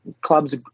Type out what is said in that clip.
clubs